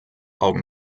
augen